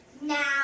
Now